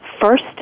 first